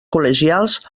col·legials